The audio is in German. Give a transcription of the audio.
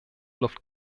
luft